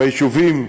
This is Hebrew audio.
ביישובים עידן,